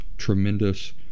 Tremendous